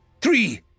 Three